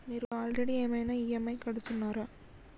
మీరు ఆల్రెడీ ఏమైనా ఈ.ఎమ్.ఐ కడుతున్నారా?